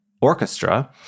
orchestra